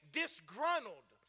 disgruntled